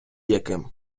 яким